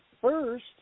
first